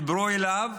דיברו אליו.